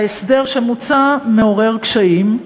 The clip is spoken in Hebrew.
ההסדר המוצע מעורר קשיים.